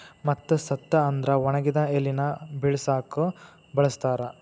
ಮತ್ತ ಸತ್ತ ಅಂದ್ರ ಒಣಗಿದ ಎಲಿನ ಬಿಳಸಾಕು ಬಳಸ್ತಾರ